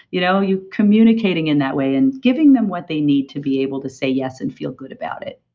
you know you're communicating in that way and giving them what they need to be able to say yes and feel good about it.